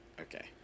Okay